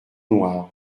noirs